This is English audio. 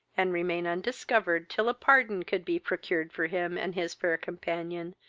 and remain undiscovered till a pardon could be procured for him and his fair companion,